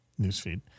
newsfeed